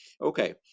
Okay